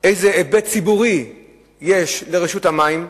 איזה היבט ציבורי יש לרשות המים.